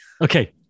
Okay